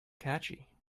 catchy